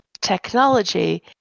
technology